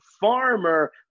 Farmer